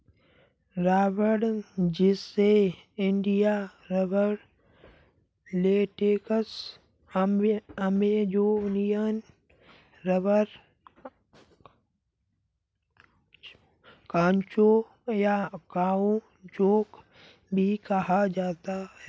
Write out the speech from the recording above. रबड़, जिसे India rubber, latex, Amazonian rubber, caucho, या काउचौक भी कहा जाता है